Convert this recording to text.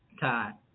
time